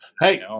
Hey